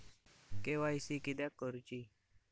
KYC किदयाक करूची?